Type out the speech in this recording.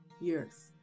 years